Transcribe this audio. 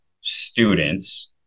students